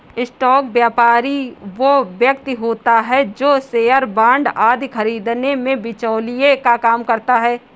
stock व्यापारी वो व्यक्ति होता है जो शेयर बांड आदि खरीदने में बिचौलिए का काम करता है